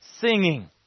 singing